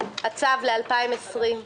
הצו ל-2020,